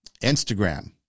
Instagram